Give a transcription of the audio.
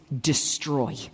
destroy